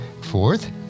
Fourth